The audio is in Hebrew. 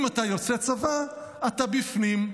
אם אתה יוצא צבא, אתה בפנים.